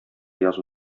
язу